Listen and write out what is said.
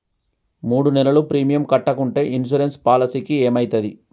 మూడు నెలలు ప్రీమియం కట్టకుంటే ఇన్సూరెన్స్ పాలసీకి ఏమైతది?